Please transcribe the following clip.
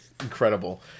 incredible